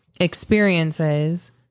experiences